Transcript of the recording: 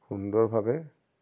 সুন্দৰভাৱে